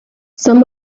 some